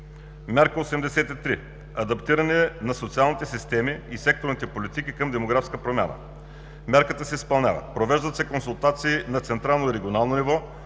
Мярка 83: Адаптиране на социалните системи и секторните политики към демографската промяна – мярката се изпълнява. Провеждат се консултации на централно и регионално ниво